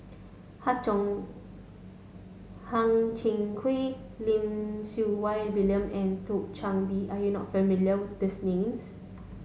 Chang Hang Chang Chieh Lim Siew Wai William and Thio Chan Bee are you not familiar with these names